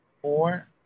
Four